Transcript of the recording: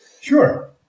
Sure